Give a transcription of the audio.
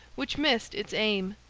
which missed its aim,